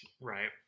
Right